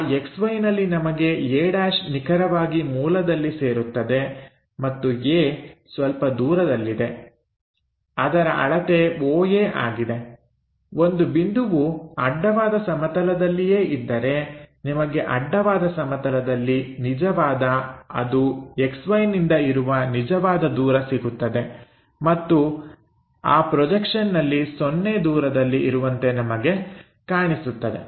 ಆ XYನಲ್ಲಿ ನಮಗೆ a' ನಿಖರವಾಗಿ ಮೂಲದಲ್ಲಿ ಸೇರುತ್ತದೆ ಮತ್ತು a ಸ್ವಲ್ಪ ದೂರದಲ್ಲಿದೆ ಅದರ ಅಳತೆ Oa ಆಗಿದೆ ಒಂದು ಬಿಂದುವು ಅಡ್ಡವಾದ ಸಮತಲದಲ್ಲಿಯೇ ಇದ್ದರೆ ನಿಮಗೆ ಅಡ್ಡವಾದ ಸಮತಲದಲ್ಲಿ ನಿಜವಾದ ಅದು XY ನಿಂದ ಇರುವ ನಿಜವಾದ ದೂರ ಸಿಗುತ್ತದೆ ಮತ್ತು ಮತ್ತು ಆ ಪ್ರೊಜೆಕ್ಷನ್ನಲ್ಲಿ ಸೊನ್ನೆ ದೂರದಲ್ಲಿ ಇರುವಂತೆ ನಮಗೆ ಕಾಣಿಸುತ್ತದೆ